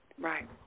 Right